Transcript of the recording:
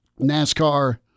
NASCAR